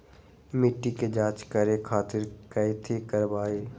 मिट्टी के जाँच करे खातिर कैथी करवाई?